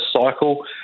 cycle